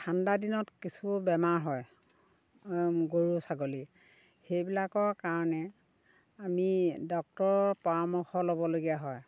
ঠাণ্ডা দিনত কিছু বেমাৰ হয় গৰু ছাগলীৰ সেইবিলাকৰ কাৰণে আমি ডক্টৰৰ পৰামৰ্শ ল'বলগীয়া হয়